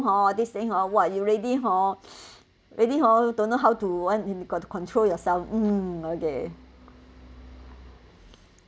hor this thing hor what you really hor really hor you don't know how to what con~ to control yourself mm okay